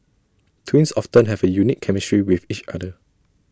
twins often have A unique chemistry with each other